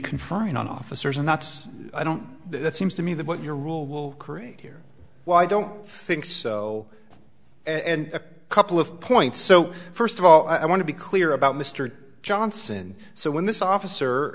confined on officers and that's i don't that seems to me that what your rule will create here well i don't think so and a couple of points so first of all i want to be clear about mr johnson so when this officer